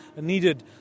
needed